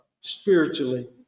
spiritually